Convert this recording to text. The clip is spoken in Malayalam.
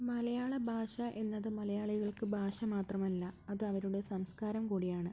മലയാള ഭാഷ എന്നത് മലയാളികൾക്ക് ഭാഷ മാത്രമല്ല അതവരുടെ സംസ്കാരം കൂടിയാണ്